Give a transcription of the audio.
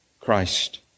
Christ